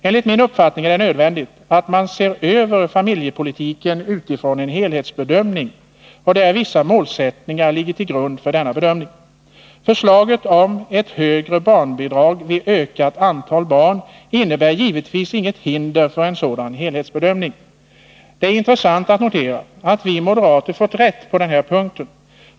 Enligt min uppfattning är det nödvändigt att man ser över familjepolitiken utifrån en helhetsbedömning, där vissa målsättningar ligger till grund för denna bedömning. Förslaget om ett högre barnbidrag vid ökat antal barn innebär givetvis inget hinder för en sådan helhetsbedömning. Det är intressant att notera att vi moderater fått rätt på den här punkten.